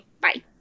Bye